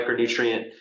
micronutrient